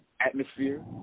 atmosphere